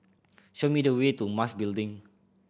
show me the way to Mas Building